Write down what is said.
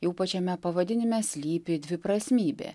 jau pačiame pavadinime slypi dviprasmybė